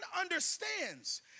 understands